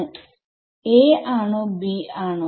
a ആണോ b ആണോ